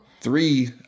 Three